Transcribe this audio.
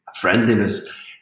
friendliness